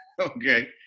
Okay